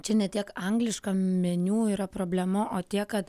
čia ne tiek angliškam meniu yra problema o tiek kad